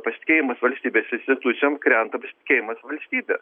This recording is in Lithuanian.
pasitikėjimas valstybės institucijom krenta pasitikėjimas valstybe